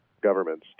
governments